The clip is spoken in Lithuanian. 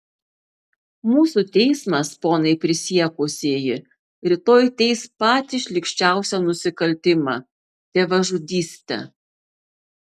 mūsų teismas ponai prisiekusieji rytoj teis patį šlykščiausią nusikaltimą tėvažudystę